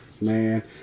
Man